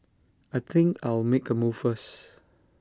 I think I'll make A move first